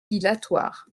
dilatoire